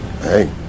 Hey